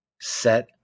Set